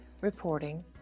reporting